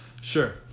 sure